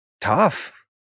tough